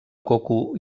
coco